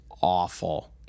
awful